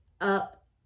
up